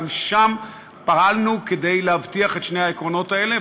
גם שם פעלנו כדי להבטיח את שני העקרונות האלה,